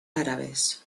árabes